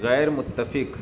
غیرمتفق